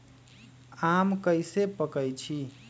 आम कईसे पकईछी?